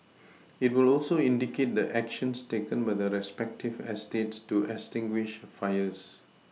it will also indicate the actions taken by the respective eStates to extinguish fires